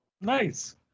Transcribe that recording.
Nice